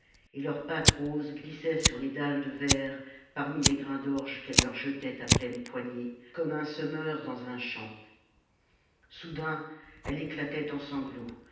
et leurs pattes roses glissaient sur les dalles de verre parmi les grains d orge qu'elle leur jetait à pleines poignées comme un semeur dans un champ soudain elle éclatait en sanglots